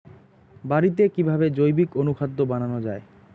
বাড়িতে কিভাবে জৈবিক অনুখাদ্য বানানো যায়?